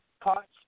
parts